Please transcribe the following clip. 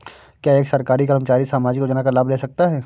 क्या एक सरकारी कर्मचारी सामाजिक योजना का लाभ ले सकता है?